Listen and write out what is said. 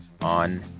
on